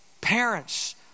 parents